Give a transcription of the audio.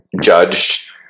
judged